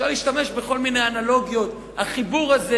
אפשר להשתמש בכל מיני אנלוגיות, החיבור הזה